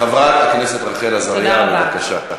חברת הכנסת רחל עזריה, בבקשה.